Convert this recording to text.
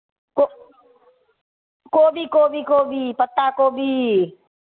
को कोबी कोबी कोबी पत्ता कोबी